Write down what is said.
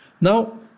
Now